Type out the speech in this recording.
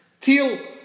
till